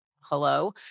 Hello